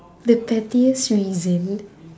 the pettiest reason